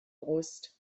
brust